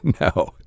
No